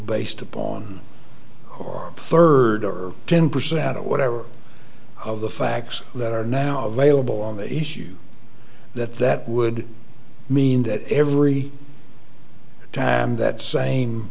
based upon or third or ten percent or whatever of the facts that are now available on the issue that that would mean that every time that sa